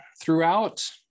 throughout